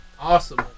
Awesome